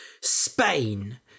spain